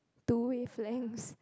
two wavelength